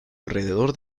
alrededor